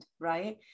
right